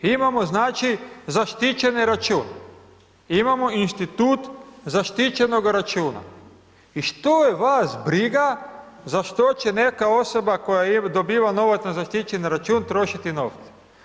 Imamo, znači, zaštićeni račun, imamo institut zaštićenoga računa i što je vas briga za što će neka osoba koja dobiva novac na zaštićeni račun, trošiti novce?